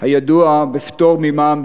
הידוע בפטור ממע"מ,